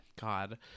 God